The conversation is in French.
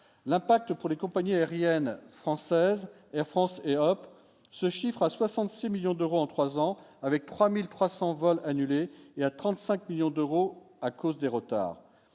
l'impact pour les compagnies aériennes françaises Air France et en Europe, ce chiffre à 66 millions d'euros en 3 ans, avec 3300 vols annulés et à 35 millions d'euros à cause des retards